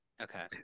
Okay